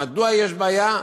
מדוע יש בעיה,